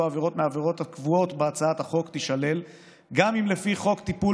עבירה מהעבירות הקבועות בהצעת החוק תישלל גם אם לפי חוק טיפול